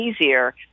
easier